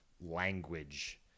language